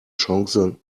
chance